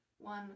one